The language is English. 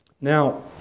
Now